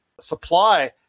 supply